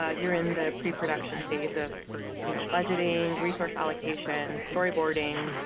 ah you are in the preproduction phase of you know budgeting, resource allocation, storyboarding,